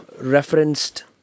referenced